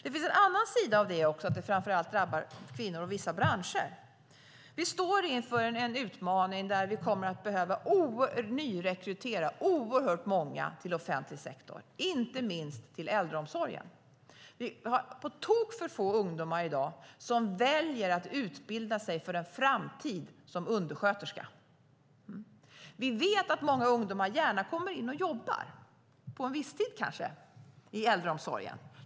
Det finns en annan sida som också främst drabbar kvinnor och vissa branscher. Vi står inför en utmaning där vi kommer att behöva nyrekrytera oerhört många till offentlig sektor, inte minst till äldreomsorgen. Vi har i dag på tok för få ungdomar som väljer att utbilda sig för en framtid som undersköterska. Vi vet att många ungdomar gärna kommer in och jobbar, kanske under viss tid, inom äldreomsorgen.